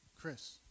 Chris